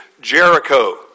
Jericho